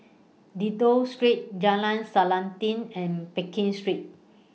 Dido Street Jalan Selanting and Pekin Street